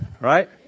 Right